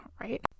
right